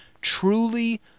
truly